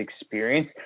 experience